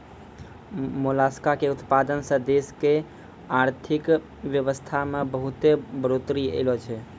मोलसका के उतपादन सें देश के आरथिक बेवसथा में बहुत्ते बढ़ोतरी ऐलोॅ छै